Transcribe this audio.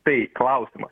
tai klausimas